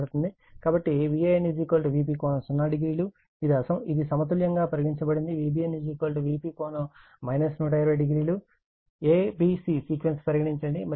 కాబట్టిVan Vp∠00 ఇది సమతుల్యం గా పరిగణించబడింది Vbn Vp∠ 1200 a b c sequence పరిగణించండి